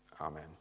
Amen